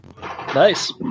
Nice